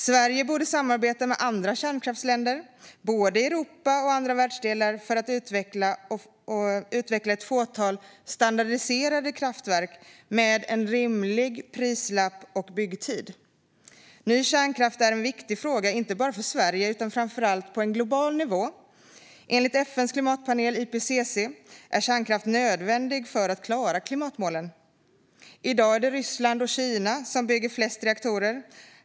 Sverige borde samarbeta med andra kärnkraftsländer, både i Europa och i andra världsdelar, för att utveckla ett fåtal standardiserade kraftverk med en rimlig prislapp och byggtid. Ny kärnkraft är en viktig fråga, inte bara för Sverige utan framför allt på en global nivå. Enligt FN:s klimatpanel IPCC är kärnkraft nödvändigt för att klara klimatmålen. I dag är det Ryssland och Kina som bygger flest reaktorer.